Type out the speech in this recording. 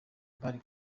bari